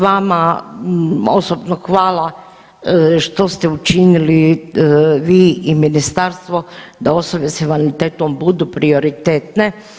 Vama osobno hvala što ste učinili vi i ministarstvo da osobe s invaliditetom budu prioritetne.